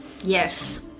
Yes